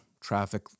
traffic